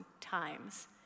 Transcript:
times